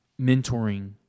mentoring